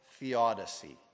Theodicy